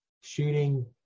shooting